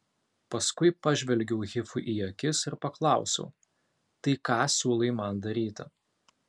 paskui pažvelgiau hifui į akis ir paklausiau tai ką siūlai man daryti